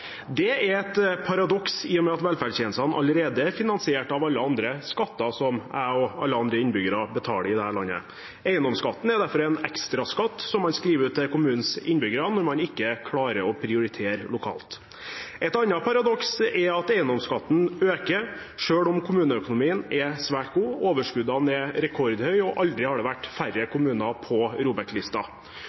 Det er et paradoks i og med at velferdstjenestene allerede er finansiert av alle andre skatter, som jeg og alle andre innbyggere i dette landet betaler. Eiendomsskatten er derfor en ekstraskatt, som man skriver ut til kommunens innbyggere når man ikke klarer å prioritere lokalt. Et annet paradoks er at eiendomsskatten øker selv om kommuneøkonomien er svært god. Overskuddene er rekordhøye, og aldri har det vært færre kommuner på